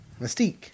Mystique